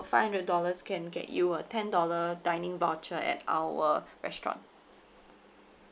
five hundred dollars can get you a ten dollar dining voucher at our restaurant